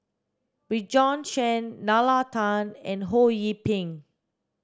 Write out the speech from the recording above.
Bjorn Shen Nalla Tan and Ho Yee Ping